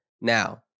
Now